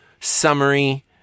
summary